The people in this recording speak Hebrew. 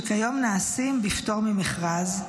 שכיום נעשים בפטור ממכרז,